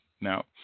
Now